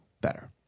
better